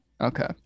Okay